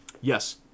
Yes